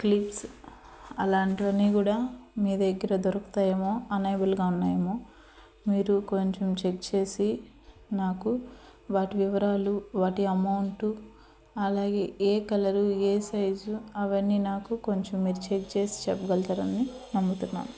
clips అలాంటివి అన్ని కూడా మీ దగ్గర దొరుకుతాయేమో అనేబుల్గా ఉన్నాయేమో మీరు కొంచెం చెక్ చేసి నాకు వాటి వివరాలు వాటి అమౌంటు అలాగే ఏ కలరు ఏ సైజు అవన్నీ నాకు కొంచెం మీరు చెక్ చేసి చెప్పగలుగుతారని నమ్ముతున్నాను